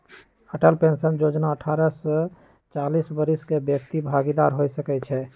Atal pension जोजना अठारह से चालीस वरिस के व्यक्ति भागीदार हो सकइ छै